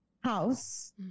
house